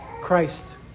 Christ